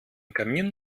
kamin